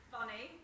Funny